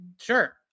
Sure